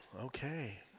okay